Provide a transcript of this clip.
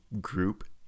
group